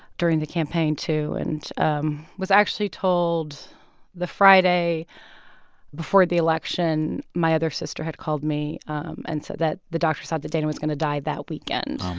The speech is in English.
during the campaign too. and i um was actually told the friday before the election my other sister had called me um and said that the doctor said that dana was going to die that weekend